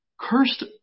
Cursed